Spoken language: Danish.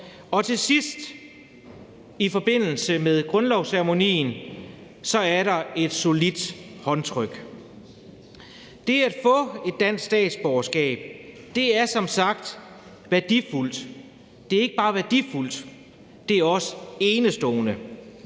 og til sidst, i forbindelse med grundlovsceremonien, er der et solidt håndtryk. Det at få et dansk statsborgerskab er som sagt værdifuldt, og det er ikke bare værdifuldt; det er også enestående.